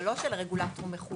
ולא של הרגולטור מחו"ל.